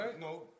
No